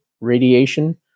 radiation